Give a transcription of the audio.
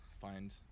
find